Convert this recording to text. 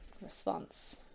response